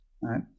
right